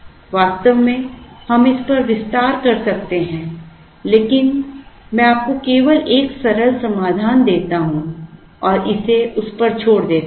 वास्तव में हम इस पर विस्तार कर सकते हैं लेकिन मैं आपको केवल एक सरल समाधान देता हूं और इसे उस पर छोड़ देता हूं